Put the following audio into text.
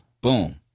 boom